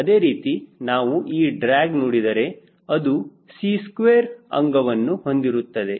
ಅದೇ ರೀತಿ ನಾವು ಈ ಡ್ರ್ಯಾಗ್ ನೋಡಿದರೆ ಅದು C 2 ಅಂಗವನ್ನು ಹೊಂದಿರುತ್ತದೆ